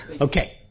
Okay